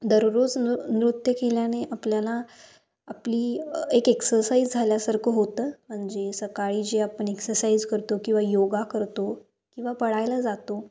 दररोज नृ नृत्य केल्याने आपल्याला आपली एक एक्सरसाईज झाल्यासारखं होतं म्हणजे सकाळी जे आपण एक्सरसाईज करतो किंवा योगा करतो किंवा पळायला जातो